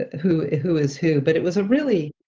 who who is who. but it was a really